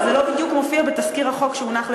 אבל זה לא בדיוק מופיע בתזכיר החוק שהונח לפנינו.